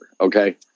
okay